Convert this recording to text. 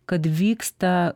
kad vyksta